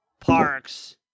Parks